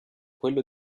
quello